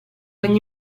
ogni